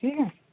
ठीक आहे